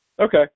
okay